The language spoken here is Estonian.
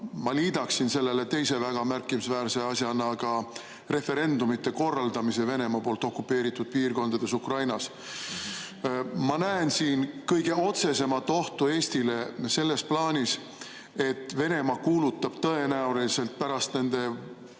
Ma liidaksin sellele teise väga märkimisväärse asjana referendumite korraldamise Venemaa poolt okupeeritud piirkondades Ukrainas. Ma näen siin kõige otsesemat ohtu Eestile selles plaanis, et Venemaa kuulutab tõenäoliselt pärast nende,